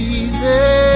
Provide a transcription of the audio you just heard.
easy